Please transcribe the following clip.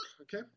Okay